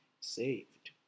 saved